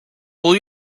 will